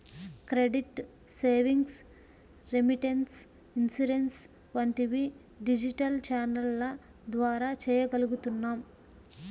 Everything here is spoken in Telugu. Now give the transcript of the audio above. క్రెడిట్, సేవింగ్స్, రెమిటెన్స్, ఇన్సూరెన్స్ వంటివి డిజిటల్ ఛానెల్ల ద్వారా చెయ్యగలుగుతున్నాం